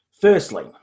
Firstly